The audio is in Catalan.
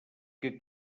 que